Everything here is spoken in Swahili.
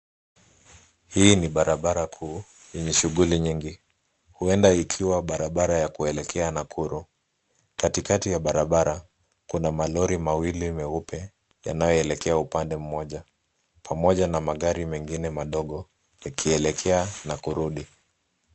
Hii ni barabara kuu yenye shughuli nyingi. Huenda ikiwa barabara ya kuelekea Nakuru. Katikati ya barabara kuna malori mawili meupe yanayoelekea upande mmoja pamoja na magari mengine madogo yakielekea na kurudi.